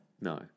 No